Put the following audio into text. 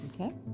Okay